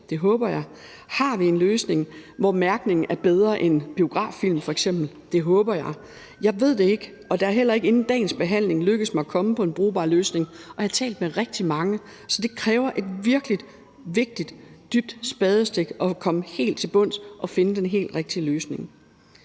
Det håber jeg. Har vi en løsning, hvor mærkningen er bedre end f.eks. på biograffilm? Det håber jeg. Men jeg ved det ikke, og det er heller ikke inden dagens behandling lykkedes mig at komme på en brugbar løsning, selv om jeg har talt med rigtig mange om det. Så det kræver et virkelig vigtigt og dybt spadestik at komme helt til bunds og finde den helt rigtige løsning.